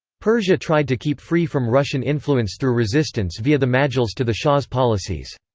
persia tried to keep free from russian influence through resistance via the majles to the shah's policies.